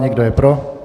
Kdo je pro?